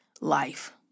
life